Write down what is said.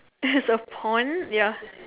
is a pond ya